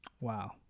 Wow